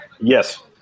Yes